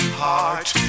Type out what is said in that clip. heart